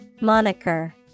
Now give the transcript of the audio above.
Moniker